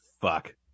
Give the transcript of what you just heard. fuck